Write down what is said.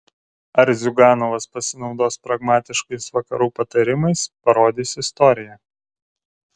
ar ziuganovas pasinaudos pragmatiškais vakarų patarimais parodys istorija